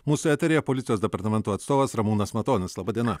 mūsų eteryje policijos departamento atstovas ramūnas matonis laba diena